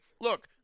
look